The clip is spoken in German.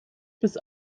bis